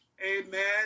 Amen